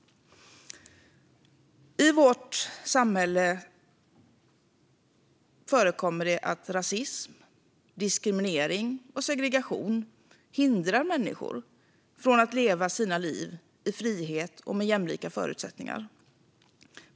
I vårt samhälle förekommer det att rasism, diskriminering och segregation hindrar människor från att leva sina liv i frihet och med jämlika förutsättningar.